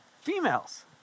females